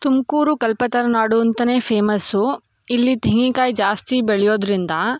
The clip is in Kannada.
ತುಮಕೂರು ಕಲ್ಪತರು ನಾಡು ಅಂತಲೇ ಫೇಮಸ್ಸು ಇಲ್ಲಿ ತೆಂಗಿನ್ಕಾಯ್ ಜಾಸ್ತಿ ಬೆಳೆಯೋದ್ರಿಂದ